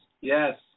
Yes